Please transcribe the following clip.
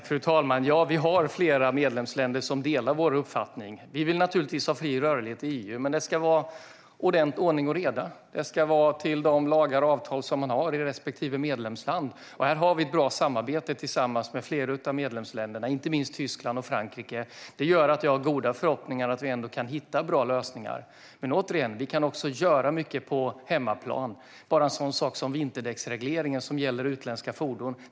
Fru talman! Ja, flera medlemsländer delar vår uppfattning. Vi vill naturligtvis ha fri rörlighet i EU. Men det ska samtidigt vara ordning och reda, och lagar och avtal i respektive medlemsland ska hållas. Vi har ett bra samarbete med flera av medlemsländerna, inte minst Tyskland och Frankrike. Det gör att jag har goda förhoppningar om att vi kan hitta bra lösningar. Men återigen: Vi kan göra mycket på hemmaplan. Ta bara en sådan sak som vinterdäcksregleringen som gäller utländska fordon!